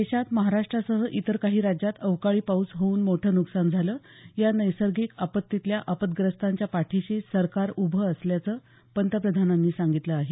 देशात महाराष्ट्रासह इतर काही राज्यात अवकाळी पाऊस होऊन मोठं नुकसान झालं या नैसर्गिक आपत्तीतल्या आपदग्रस्तांच्या पाठीशी सरकार उभं असल्याचं पंतप्रधानांनी सांगितलं आहे